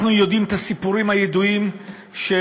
אנחנו יודעים את הסיפורים הידועים של